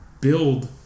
build